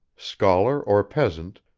scholar or peasant,